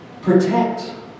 protect